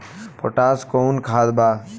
Potash कोउन खाद बा?